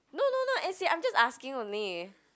no no no as in I'm just asking only